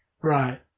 Right